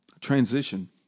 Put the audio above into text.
transition